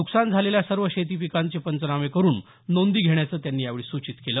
नुकसान झालेल्या सर्व शेतीपिकांचे पंचनामे करून नोंदी घेण्याचं त्यांनी यावेळी सूचित केलं